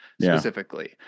specifically